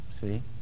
See